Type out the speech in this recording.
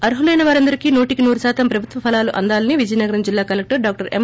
అర్హులైన వారందరికీ నూటికి నూరుశాతం ప్రభుత్వ ఫలాలు అందాలని విజయనగరం జిల్లా కలెక్షర్ డాక్టర్ ఎం